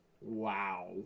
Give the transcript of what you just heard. wow